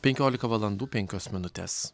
penkiolika valandų penkios minutes